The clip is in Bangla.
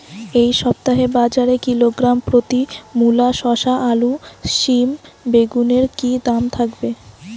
এই সপ্তাহে বাজারে কিলোগ্রাম প্রতি মূলা শসা আলু সিম বেগুনের কী দাম থাকবে?